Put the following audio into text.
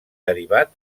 derivat